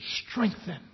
strengthen